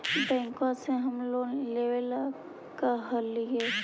बैंकवा से हम लोन लेवेल कहलिऐ?